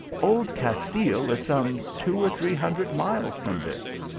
old castile is some two or three hundred miles from this.